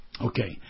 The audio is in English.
Okay